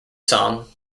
song